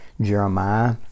Jeremiah